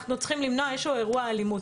אנחנו צריכים למנוע איזשהו אירוע אלימות.